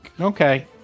Okay